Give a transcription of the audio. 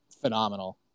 phenomenal